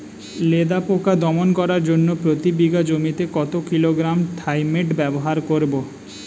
লেদা পোকা দমন করার জন্য প্রতি বিঘা জমিতে কত কিলোগ্রাম থাইমেট ব্যবহার করব?